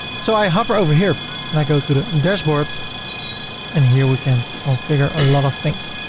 so i hover over here and i go to the dashboard and here we can configure a lot of things.